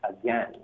again